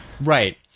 right